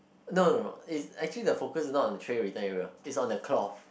no no no is actually the focus is not on the tray return area is on the cloth